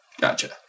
Gotcha